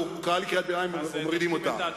אבל הוא קרא קריאת ביניים, אז מורידים אותה.